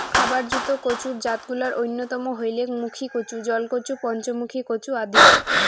খাবার জুত কচুর জাতগুলার অইন্যতম হইলেক মুখীকচু, জলকচু, পঞ্চমুখী কচু আদি